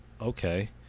okay